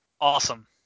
Awesome